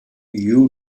you